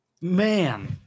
Man